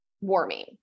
warming